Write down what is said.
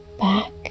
back